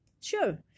sure